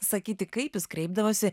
sakyti kaip jis kreipdavosi